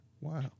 Wow